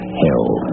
hell